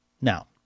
Now